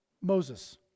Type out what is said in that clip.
Moses